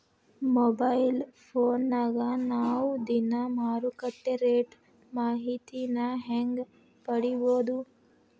Mobile ಫೋನ್ಯಾಗ ನಾವ್ ದಿನಾ ಮಾರುಕಟ್ಟೆ ರೇಟ್ ಮಾಹಿತಿನ ಹೆಂಗ್ ಪಡಿಬೋದು?